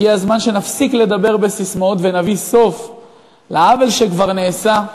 הגיע הזמן שנפסיק לדבר בססמאות ונביא סוף לעוול שכבר נעשה.